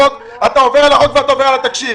אתה עובר על החוק ואתה עובר על התקשי"ר.